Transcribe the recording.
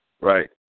Right